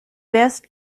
best